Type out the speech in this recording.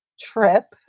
trip